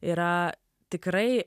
yra tikrai